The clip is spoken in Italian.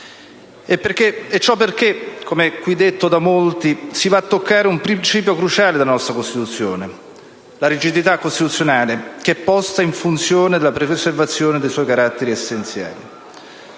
E ciò perché - come qui detto da molti - si va a toccare un principio cruciale della nostra Costituzione: la rigidità costituzionale che è posta in funzione della preservazione dei suoi caratteri essenziali.